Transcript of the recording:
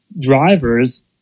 drivers